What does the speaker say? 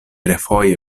refoje